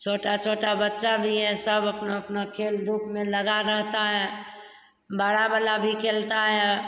छोटा छोटा बच्चा भी हैं सब अपना अपना खेल धूप में लगा रहता है बड़ा वाला भी खेलता है